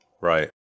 Right